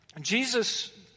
Jesus